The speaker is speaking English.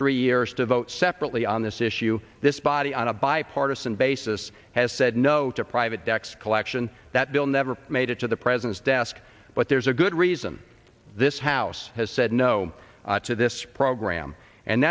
three years to vote separately on this issue this body on a bipartisan basis has said no to private decks collection that bill never made it to the president's desk but there's a good reason this house has said no to this program and